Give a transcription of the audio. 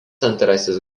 antrasis